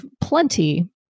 plenty